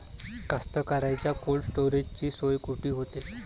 कास्तकाराइच्या कोल्ड स्टोरेजची सोय कुटी होते?